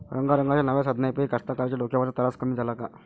रंगारंगाच्या नव्या साधनाइपाई कास्तकाराइच्या डोक्यावरचा तरास कमी झाला का?